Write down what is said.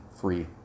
free